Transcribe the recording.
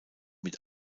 mit